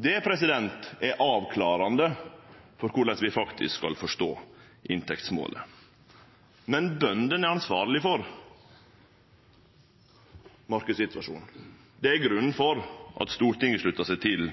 Det er avklarande for korleis vi faktisk skal forstå inntektsmålet. Men bøndene er ansvarlege for marknadssituasjonen, og det er grunnen til at Stortinget sluttar seg til